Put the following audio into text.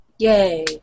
Yay